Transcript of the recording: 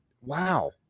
Wow